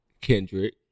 Kendrick